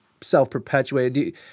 self-perpetuated –